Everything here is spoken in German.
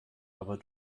aber